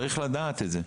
צריך לדעת את זה.